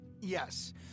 Yes